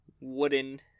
wooden